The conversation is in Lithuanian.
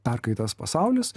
perkaitęs pasaulis